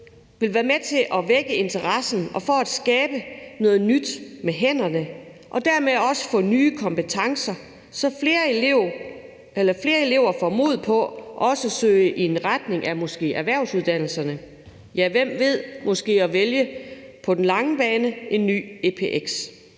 vil være med til at vække interessen for at skabe noget nyt med hænderne og dermed også give nye kompetencer, så flere elever får mod på også at søge i en retning af måske erhvervsuddannelserne – ja, hvem ved, måske på den lange bane at vælge